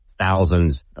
thousands